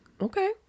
Okay